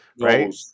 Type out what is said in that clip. right